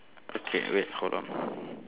okay wait hold on